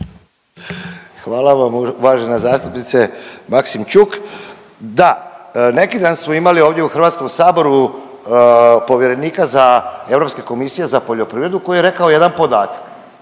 Hvala vam uvaženi zastupnice Maksimčuk. Da, neki dan smo imali ovdje u HS-u povjerenika za, Europske komisije za poljoprivredu koji je rekao jedan podatak